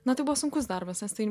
na tai buvo sunkus darbas nes tai